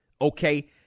okay